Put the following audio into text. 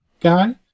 guy